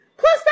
Plus